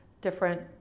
different